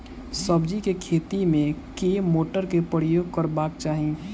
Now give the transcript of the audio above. सब्जी केँ खेती मे केँ मोटर केँ प्रयोग करबाक चाहि?